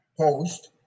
post